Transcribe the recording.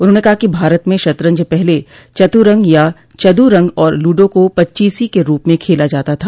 उन्होंने कहा कि भारत में शतरंज पहले चतुरंग या चदुरंग और लूडो को पच्चीसी के रूप में खेला जाता था